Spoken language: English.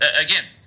again